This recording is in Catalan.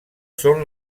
són